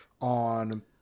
on